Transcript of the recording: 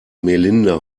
melinda